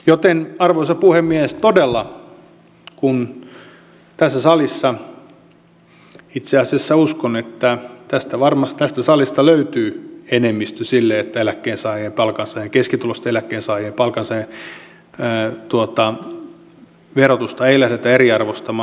joten arvoisa puhemies todella itse asiassa uskon että tästä salista löytyy enemmistö sille että keskituloisten eläkkeensaajien ja palkansaajien verotusta ei lähdetä eriarvoistamaan